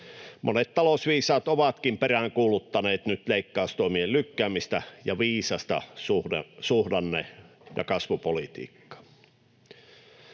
Monet talousviisaat ovatkin peräänkuuluttaneet nyt leikkaustoimien lykkäämistä ja viisasta suhdanne- ja kasvupolitiikkaa.